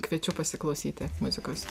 kviečiu pasiklausyti muzikos